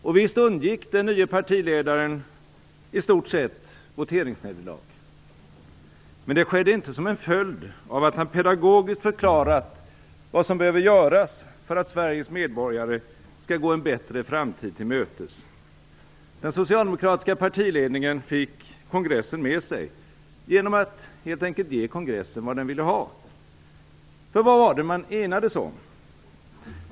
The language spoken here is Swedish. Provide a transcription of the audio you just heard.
Och visst undgick den nye partiledaren i stort sett voteringsnederlag. Men det skedde inte som en följd av att han pedagogiskt förklarat vad som behöver göras för att Sveriges medborgare skall gå en bättre framtid till mötes. Den socialdemokratiska partiledningen fick kongressen med sig genom att helt enkelt ge kongressen vad den ville ha. För vad var det man enades om?